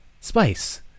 spice